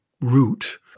root